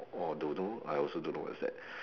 or don't know I also don't know what is that